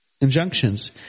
injunctions